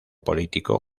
político